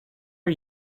are